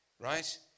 right